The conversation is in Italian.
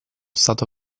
stato